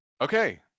Okay